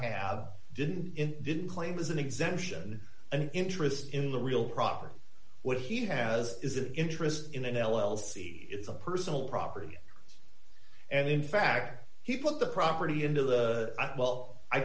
have didn't didn't claim is an exemption an interest in the real property what he has is an interest in an l l c it's a personal property and in fact he put the property into the well i